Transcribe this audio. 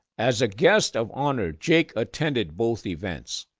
as a guest of honor, jake attended both events.